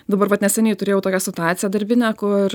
dabar vat neseniai turėjau tokią situaciją darbinę kur